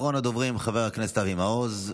אחרון הדוברים, חבר הכנסת אבי מעוז,